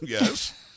Yes